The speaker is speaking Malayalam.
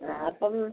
ആ അപ്പം